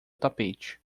tapete